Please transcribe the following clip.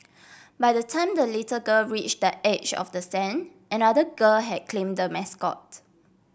by the time the little girl reached the edge of the stand another girl had claimed the mascot